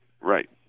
Right